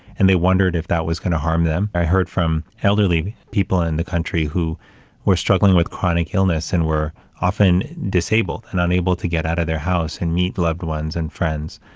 and they wondered if that was going to harm them. i heard from elderly people in the country who were struggling with chronic illness, and were often disabled and unable to get out of their house and meet loved ones and friends,